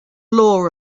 law